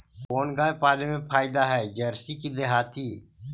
कोन गाय पाले मे फायदा है जरसी कि देहाती?